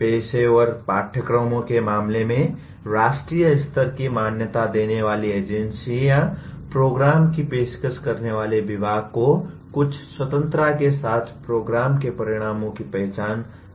पेशेवर पाठ्यक्रमों के मामले में राष्ट्रीय स्तर की मान्यता देने वाली एजेंसियां प्रोग्राम की पेशकश करने वाले विभाग को कुछ स्वतंत्रता के साथ प्रोग्राम के परिणामों की पहचान करती हैं